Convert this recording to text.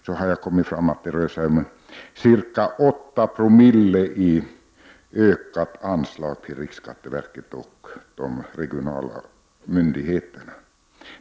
Jag har kommit fram till att det rör sig om ca 8 oi ökat anslag till riksskatteverket och de regionala myndigheterna.